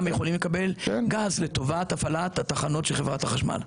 אפשר לקבל גז לטובת הפעלות התחנות של חברת החשמל.